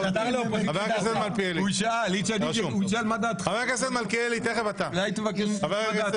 תכף אם אומר לכם.